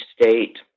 state